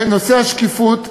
נושא השקיפות,